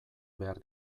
behar